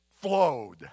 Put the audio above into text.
flowed